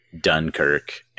Dunkirk